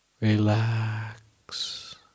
relax